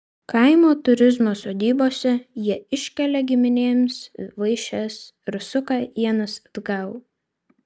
kaimo turizmo sodybose jie iškelia giminėms vaišes ir suka ienas atgal